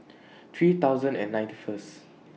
three thousand and ninety First